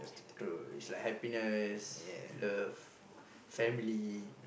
true is like happiness love family